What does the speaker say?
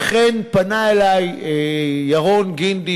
וכן פנה אלי ירון גינדי,